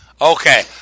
Okay